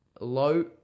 low